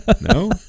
No